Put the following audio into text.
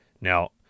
Now